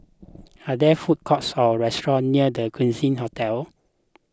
are there food courts or restaurants near the Quincy Hotel